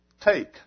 take